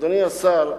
אדוני השר,